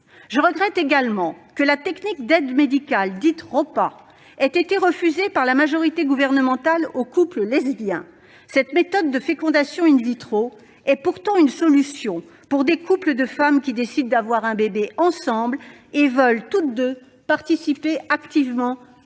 Je regrette également que la technique d'aide médicale dite ROPA (réception d'ovocytes de la partenaire) ait été refusée par la majorité gouvernementale aux couples lesbiens. Cette méthode de fécondation (FIV) est pourtant une solution pour des couples de femmes qui décident d'avoir un bébé ensemble et veulent toutes deux participer activement